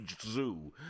Zoo